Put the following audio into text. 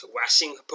washing